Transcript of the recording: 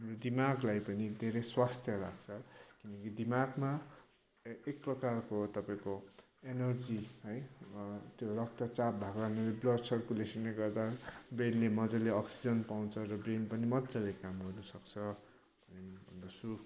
दिमागलाई पनि धेरै स्वस्थ्य राख्छ किनकि दिमागमा एक प्रकारको तपाईँको इनर्जी है त्यो रक्तचाप भएको बेलामा ब्लड सर्कुलेसनले गर्दा ब्रेनले मजाले अक्सिजन पाउँछ र ब्रेन पनि मजाले काम गर्नसक्छ भन्दछु